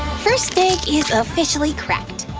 first egg is officially cracked!